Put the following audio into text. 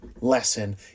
lesson